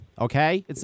Okay